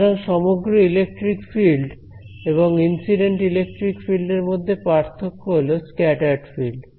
সুতরাং সমগ্র electric field এবং ইনসিডেন্ট ইলেকট্রিক ফিল্ড এর মধ্যে পার্থক্য হল স্ক্যাটার্ড ফিল্ড